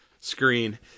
screen